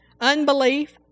unbelief